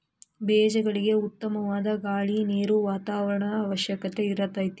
ಬೇಜಗಳಿಗೆ ಉತ್ತಮವಾದ ಗಾಳಿ ನೇರು ವಾತಾವರಣದ ಅವಶ್ಯಕತೆ ಇರತತಿ